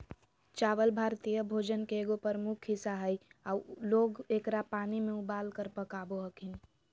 चावल भारतीय भोजन के एगो प्रमुख हिस्सा हइ आऊ लोग एकरा पानी में उबालकर पकाबो हखिन